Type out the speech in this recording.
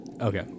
Okay